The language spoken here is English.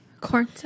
Corn